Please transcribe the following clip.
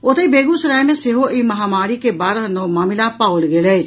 ओतहि बेगूसराय मे सेहो एहि महामारी के बारह नव मामिला पाओल गेल अछि